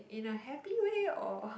in a happy way or